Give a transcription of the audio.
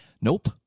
Nope